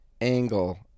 angle